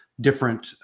different